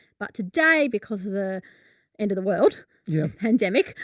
but today, because of the end of the world yeah pandemic.